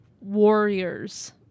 warriors